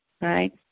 right